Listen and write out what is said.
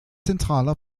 zentraler